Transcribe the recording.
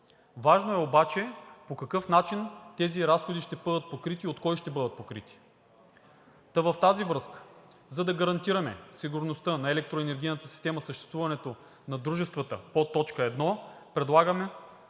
Важно е обаче по какъв начин тези разходи ще бъдат покрити и от кого ще бъдат покрити? В тази връзка, за да гарантираме сигурността на електроенергийната система, съществуването на дружествата по т. 1, предлагаме